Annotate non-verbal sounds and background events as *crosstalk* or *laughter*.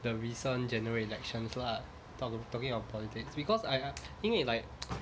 the recent general elections lah talk talking about politics because I I 因为 like *noise*